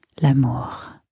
l'amour